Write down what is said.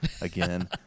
again